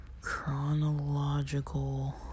chronological